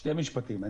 שני משפטים.